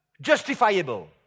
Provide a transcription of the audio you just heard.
justifiable